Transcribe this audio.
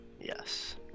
yes